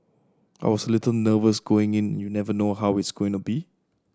I was a little nervous going in you never know how it's going to be